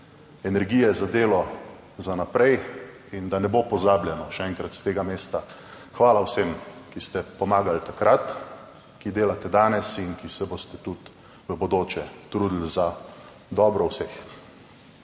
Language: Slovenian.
energije za delo za naprej in da ne bo pozabljeno. Še enkrat s tega mesta hvala vsem, ki ste pomagali takrat, ki delate danes in ki se boste tudi v bodoče trudili za dobro vseh.